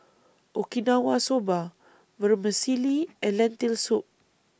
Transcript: Okinawa Soba Vermicelli and Lentil Soup